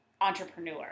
entrepreneur